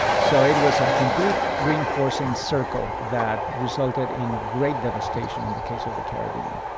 so it was a complete reinforcing circle that resulted in great devastation in the case of the caribbean